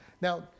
Now